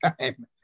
time